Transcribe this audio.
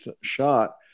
shot